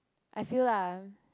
I feel lah